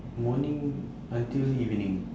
morning until evening